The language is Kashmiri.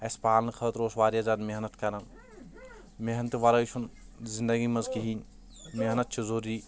اسہِ پالنہٕ خٲطرٕ اوس واریاہ زیاد محنَت کَران محنتہِ وَرٲے چھُنہ زندگی منٛز کِہیٖنۍ محنَت چھِ ضروٗری